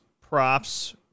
props